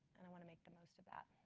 and i want to make the most of that.